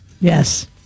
Yes